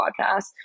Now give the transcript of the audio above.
podcast